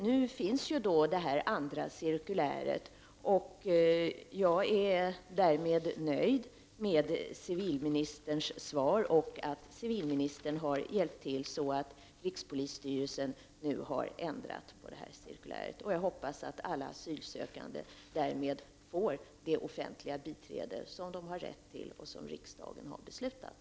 Nu finns det andra cirkuläret, och jag är därmed nöjd med civilministerns svar och med att civilministern har hjälpt till så att rikspolisstyrelsen har ändrat cirkulärets innehåll. Jag hoppas att alla asylsökande därmed får det offentliga biträde som de har rätt till och som riksdagen har fattat beslut om.